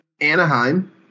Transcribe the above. Anaheim